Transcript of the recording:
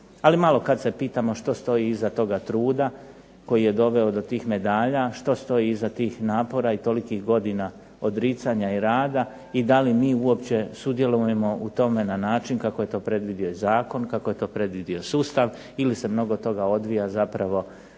ali malokad se pitamo što stoji iza toga truda koji je doveo do tih medalja, što stoji iza tih napora i tolikih godina odricanja i rada i da li mi uopće sudjelujemo u tome na način kako je to predvidio i zakon, kako je to predvidio sustav ili se mnogo toga odvija zapravo